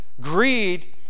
greed